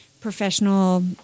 professional